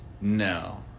no